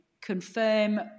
confirm